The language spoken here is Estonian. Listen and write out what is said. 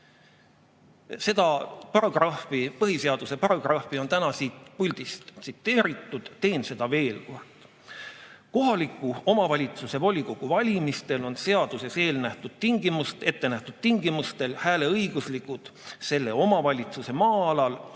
Seda põhiseaduse paragrahvi on täna siin puldis tsiteeritud, teen seda veel kord: "Kohaliku omavalitsuse volikogu valimistel on seaduses ettenähtud tingimustel hääleõiguslikud selle omavalitsuse maa-alal